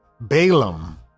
Balaam